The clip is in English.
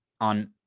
on